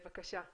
בבקשה.